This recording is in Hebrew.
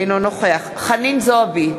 אינו נוכח חנין זועבי,